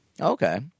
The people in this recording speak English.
okay